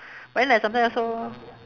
but then at sometimes also